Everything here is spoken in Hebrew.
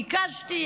ביקשתי,